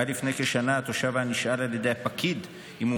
עד לפני שנה התושב היה נשאל על ידי הפקיד אם הוא